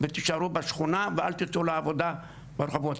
ותישארו בשכונה ואל תצאו לעבודה ברחובות,